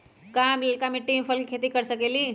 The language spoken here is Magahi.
का हम लालका मिट्टी में फल के खेती कर सकेली?